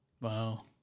Wow